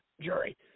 jury